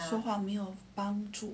说谎没有帮助